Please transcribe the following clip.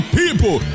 people